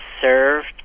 served